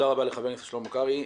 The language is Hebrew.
תודה רבה לחבר הכנסת שלמה קרעי.